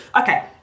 okay